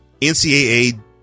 NCAA